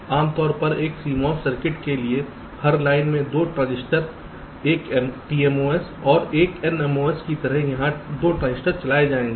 आमतौर पर एक CMOS सर्किट के लिए हर लाइन में 2 ट्रांजिस्टर 1 PMOS और 1 NMOS की तरह यहां 2 ट्रांजिस्टर चलाए जाएंगे